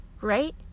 Right